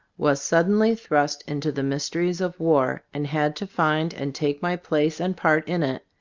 was suddenly thrust into the mysteries of war, and had to find and take my place and part in it,